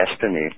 destiny